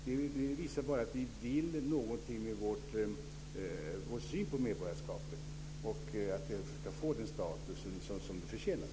Det visar bara att vi vill någonting med vår syn på medborgarskapet och att det ska få den status som det förtjänar.